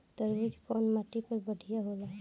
तरबूज कउन माटी पर बढ़ीया होला?